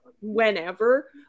whenever